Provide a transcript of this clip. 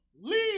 leave